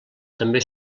també